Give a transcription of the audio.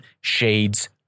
shades